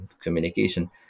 communication